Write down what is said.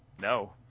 No